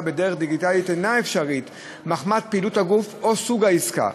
בדרך דיגיטלית אינה אפשרית מחמת פעילות הגוף או סוג העסקה.